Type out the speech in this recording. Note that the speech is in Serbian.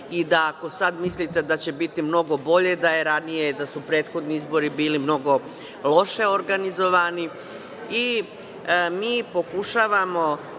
i da ako sada mislite da će biti mnogo bolje, da su ranije prethodni izbori bili mnogo loše organizovani. Mi